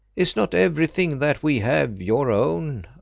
is not everything that we have your own?